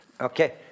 okay